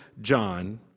John